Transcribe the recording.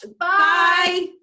Bye